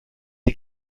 ces